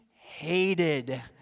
hated